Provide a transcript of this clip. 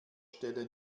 stelle